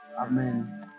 Amen